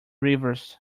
rivers